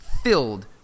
filled